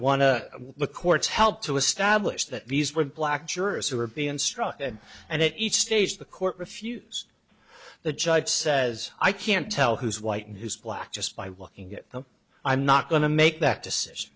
want to the courts helped to establish that these were black jurors who were being struck and and at each stage the court refused the judge says i can't tell who's white and who's black just by walking it i'm not going to make that decision